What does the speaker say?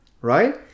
right